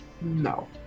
no